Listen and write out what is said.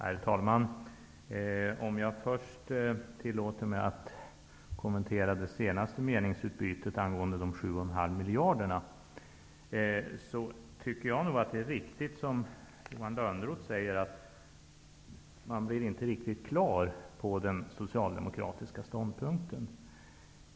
Herr talman! Får jag först kommentera det senaste meningsutbytet angående dessa 7,5 miljarder. Jag tycker att det är riktigt som Johan Lönnroth säger att man inte blir på det klara med den socialdemokratiska ståndpunkten.